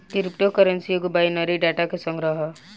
crypto currency एगो binary data के संग्रह ह